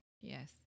Yes